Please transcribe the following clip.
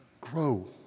Grow